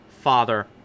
Father